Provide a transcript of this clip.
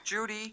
Judy